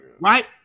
Right